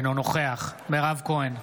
אינו נוכח מירב כהן,